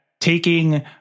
taking